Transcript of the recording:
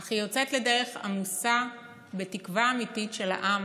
אך היא יוצאת לדרך עמוסה בתקווה אמיתית של העם,